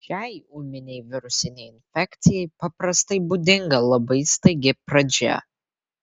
šiai ūminei virusinei infekcijai paprastai būdinga labai staigi pradžia